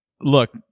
Look